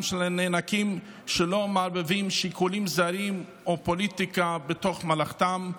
של הנאנקים שלא מערבבים שיקולים זרים או פוליטיקה בתוך מלאכתם.